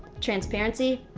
transparency,